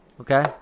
Okay